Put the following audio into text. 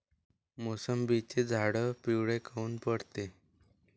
मोसंबीचे झाडं पिवळे काऊन पडते?